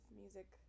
music